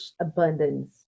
abundance